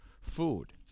food